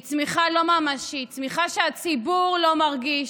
היא צמיחה לא ממשית, צמיחה שהציבור לא מרגיש.